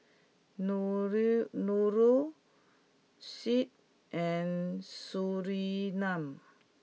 Nurul Syed and Surinam